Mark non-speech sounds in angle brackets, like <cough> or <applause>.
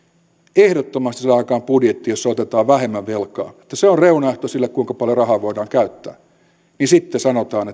ehdottomasti saada aikaan budjetti jossa otetaan vähemmän velkaa että se on reunaehto sille kuinka paljon rahaa voidaan käyttää niin sitten sanotaan <unintelligible>